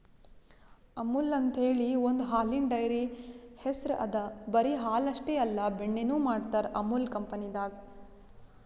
ಅಮುಲ್ ಅಂಥೇಳಿ ಒಂದ್ ಹಾಲಿನ್ ಡೈರಿ ಹೆಸ್ರ್ ಅದಾ ಬರಿ ಹಾಲ್ ಅಷ್ಟೇ ಅಲ್ಲ ಬೆಣ್ಣಿನು ಮಾಡ್ತರ್ ಅಮುಲ್ ಕಂಪನಿದಾಗ್